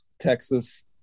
Texas